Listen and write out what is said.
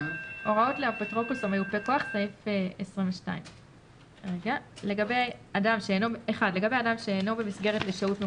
"הוראות לאפוטרופוס או מיופה כוח 22. (1) (א) לגבי אדם שאינו במסגרת לשהות